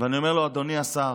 ואני אומר לו: אדוני השר,